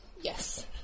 yes